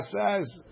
says